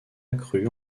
accru